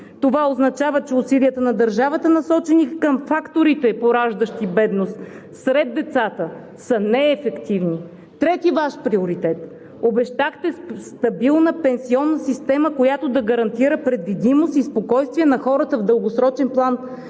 това означава, че усилията на държавата, насочени към факторите, пораждащи бедност сред децата, са неефективни. Трети Ваш приоритет – обещахте стабилна пенсионна система, която да гарантира предвидимост и спокойствие на хората в дългосрочен план,